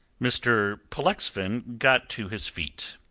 mr. pollexfen got to his feet.